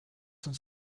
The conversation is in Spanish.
son